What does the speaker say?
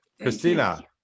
Christina